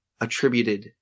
attributed